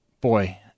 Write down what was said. Boy